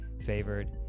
favored